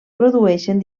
produeixen